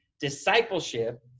discipleship